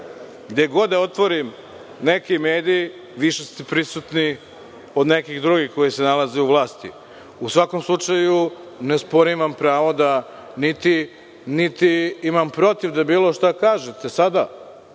gde god da otvorim neki mediji više ste prisutni od nekih drugih koji se nalaze u vlasti. U svakom slučaju, ne sporim vam pravo da, niti imam protiv da bilo šta kažete sada,